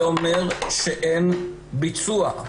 זה אומר שאין ביצוע.